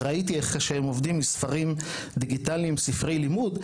וראיתי איך שהם עובדים עם ספרים דיגיטליים וספרי לימוד,